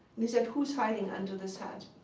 he said, who's hiding under this hat?